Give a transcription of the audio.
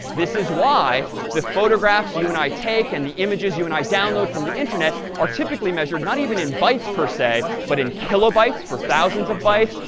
this is why the photographs you and i take and the images you and i download from the internet are typically measured not even in bytes, per se, but in kilobytes, for thousands of bytes,